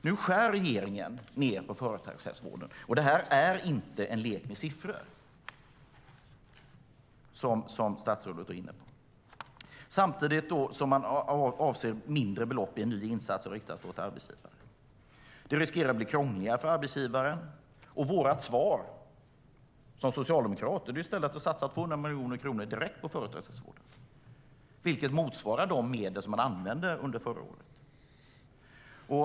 Nu skär regeringen ned på företagshälsovården - och det är inte en lek med siffror, som statsrådet var inne på - samtidigt som man avsätter mindre belopp till en ny insats som riktas mot arbetsgivare. Det riskerar att bli krångligare för arbetsgivaren. Socialdemokraterna svar är att i stället satsa 200 miljoner kronor direkt på företagshälsovården, vilket motsvarar de medel man använde under förra året.